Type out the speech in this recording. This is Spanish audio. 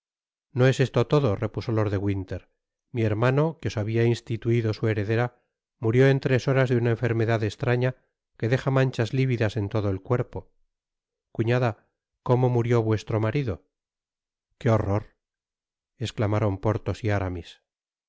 no es esto todo repuso lord de winter mi hermano que os habia instituido su heredera murió en tres horas de una enfermedad estraña que deja manchas lividas en todo el cuerpo cuñada cómo murió vuestro marido qué horror esclamaron porthos y aramis